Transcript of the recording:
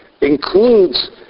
Includes